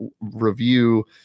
review